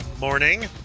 morning